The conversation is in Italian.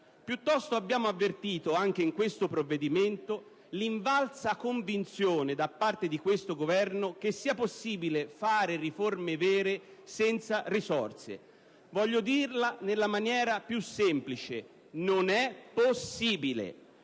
Piuttosto abbiamo avvertito, anche in questo provvedimento, l'invalsa convinzione da parte del Governo che sia possibile fare riforme vere senza risorse. Voglio dirlo nella maniera più semplice: non è possibile!